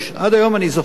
עד היום אני זוכר,